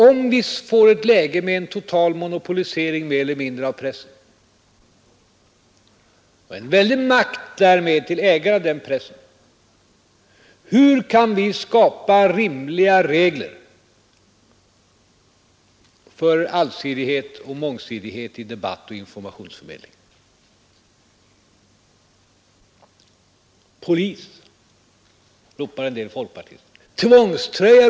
Om vi får ett läge med en mer eller mindre total monopolisering av pressen och därmed en väldig makt till ägarna av den pressen, hur kan vi skapa rimliga regler för allsidighet och mångsidighet i debatt och informationsförmedling? Polis! ropar en del folkpartister. Tvångströja!